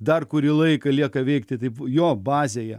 dar kurį laiką lieka veikti taip jo bazėje